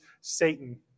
Satan